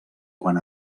quan